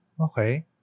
Okay